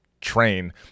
train